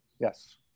Yes